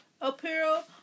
apparel